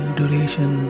duration